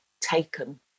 taken